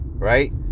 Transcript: Right